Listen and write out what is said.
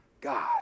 God